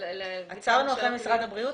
--- עצרנו אחרי משרד הבריאות.